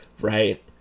Right